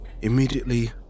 Immediately